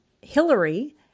Hillary